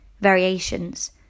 variations